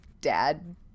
dad